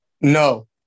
No